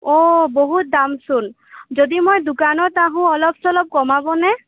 অঁ বহুত দাম চোন যদি মই দোকানত আহোঁ অলপ চলপ কমাব নে